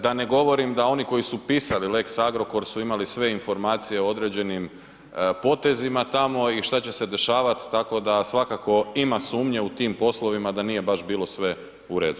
Da ne govorim da oni koji su pisali lex Agrokor su imali sve informacije o određenim potezima tamo i što će se dešavati, tako da svakako ima sumnje u tim poslovima da nije baš bilo sve u redu.